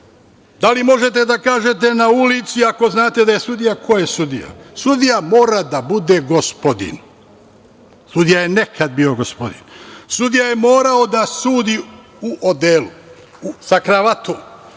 Da li možete da kažete na ulici ako znate da je sudija, ko je sudija? Sudija mora da bude gospodin. Sudija je nekad bio gospodin. Sudija je morao da sudi u odelu, sa kravatom.